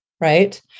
right